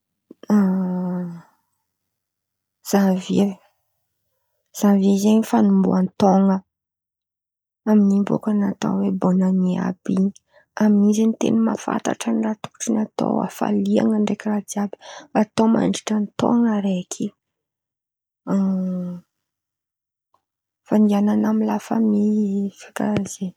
Zanvie Zanvie zen̈y fanomboa- taon̈a amin̈'in̈y bôka atao oe bônane àby in̈y, amin̈'in̈y zen̈y ten̈a mafantatra raha tokotrin̈y atao halian̈a ndraiky raha atao jiàby atao mandritra ny taon̈o araiky. Fandian̈ana amy lafamy ohatra karàha zen̈y.